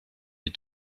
you